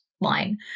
line